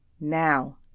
Now